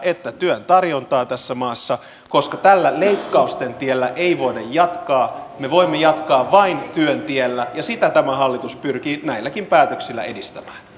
että työn tarjontaa tässä maassa koska tällä leik kausten tiellä ei voida jatkaa me voimme jatkaa vain työn tiellä ja sitä tämä hallitus pyrkii näilläkin päätöksillä edistämään